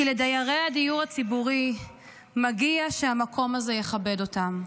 כי לדיירי הדיור הציבורי מגיע שהמקום הזה יכבד אותם.